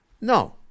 no